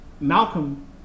Malcolm